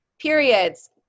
Periods